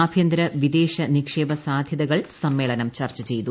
ആഭ്യന്തര വിദേശ നിക്ഷേപ സാധ്യതകൾ സമ്മേളനം ചർച്ച ചെയ്തു